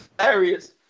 hilarious